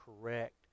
correct